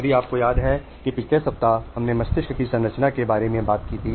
यदि आपको याद है कि पिछले सप्ताह हमने मस्तिष्क की संरचना के बारे में बात की थी